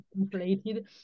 inflated